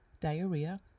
diarrhea